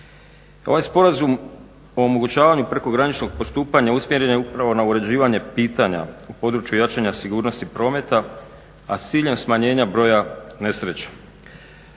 Ovaj sporazum o omogućavanju prekograničnog postupanja usmjeren je upravo na uređivanje pitanja u području jačanja sigurnosti prometa, a s ciljam smanjenja broja nesreća,